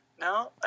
No